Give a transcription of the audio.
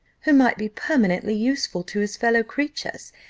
who might be permanently useful to his fellow-creatures,